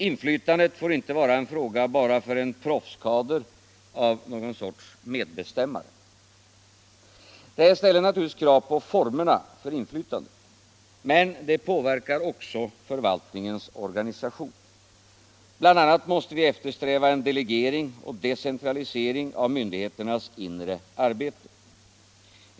Inflytandet får inte vara en fråga bara för en proffskader av någon sorts ”medbestämmare”. Det här ställer naturligtvis krav på formerna för inflytandet. Men det påverkar också förvaltningens organisation. Bl. a. måste vi eftersträva en delegering och en decentralisering av myndigheternas inre arbete.